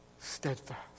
steadfast